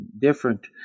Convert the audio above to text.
different